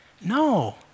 No